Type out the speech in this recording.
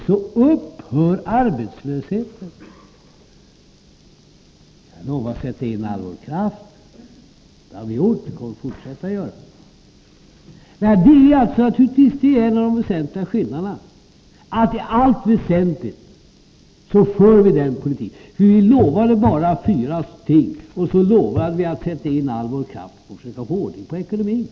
Vi har lovat att sätta in all vår kraft, och det har vi gjort och kommer också att fortsätta att göra det. Det här är naturligtvis en av de viktigaste skillnaderna. I allt väsentligt för vi nämligen denna politik. Vi lovade bara fyra ting, och så lovade vi att sätta in all vår kraft på att få ordning på ekonomin.